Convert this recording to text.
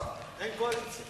אין קואליציה.